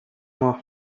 ماه